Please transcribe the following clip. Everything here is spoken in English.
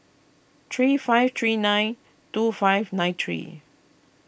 three five three nine two five nine three